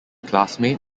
classmate